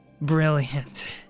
brilliant